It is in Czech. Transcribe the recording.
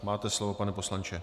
Máte slovo, pane poslanče.